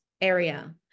area